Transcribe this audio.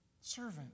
servant